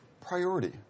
priority